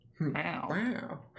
wow